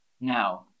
Now